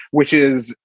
which is